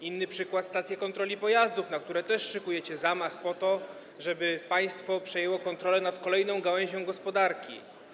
Innym przykładem są stacje kontroli pojazdów, na które też szykujecie zamach, po to żeby państwo przejęło kontrolę nad kolejną gałęzią gospodarki.